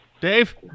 Dave